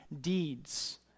deeds